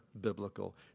biblical